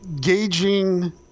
Gauging